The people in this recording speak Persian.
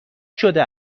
شده